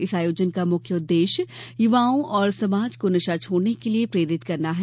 इस आयोजन का मुख्य उद्देश्य युवाओं और समाज को नशा छोड़ने के लिए प्रेरित करना है